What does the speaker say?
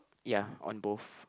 ya on both